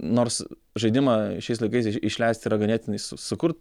nors žaidimą šiais laikais išleisti yra ganėtinai su sukurt